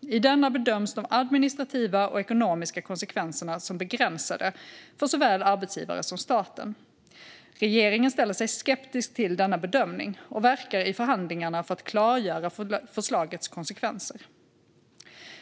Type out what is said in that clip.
I denna bedöms de administrativa och ekonomiska konsekvenserna som begränsade för såväl arbetsgivare som staten. Regeringen ställer sig skeptisk till denna bedömning och verkar i förhandlingarna för att klargöra förslagets konsekvenser.